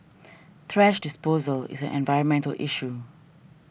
thrash disposal is an environmental issue